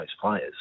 players